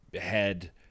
head